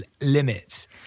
limits